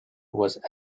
was